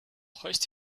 hoist